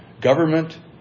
government